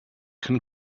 can